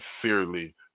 sincerely